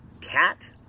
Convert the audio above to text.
Cat